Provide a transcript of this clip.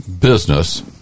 Business